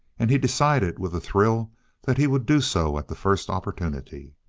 and he decided with a thrill that he would do so at the first opportunity.